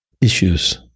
issues